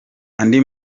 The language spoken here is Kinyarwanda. andi